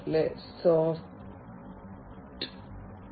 ഈ വ്യക്തിഗത മെഷീനുകളിൽ നിന്ന് സ്വയമേവ ശേഖരിക്കുന്ന ഡാറ്റയുടെ സ്വകാര്യത